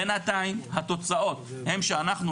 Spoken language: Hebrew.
בינתיים התוצאות הן שאנחנו